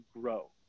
grow